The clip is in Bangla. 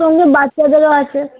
সঙ্গে বাচ্চাদেরও আছে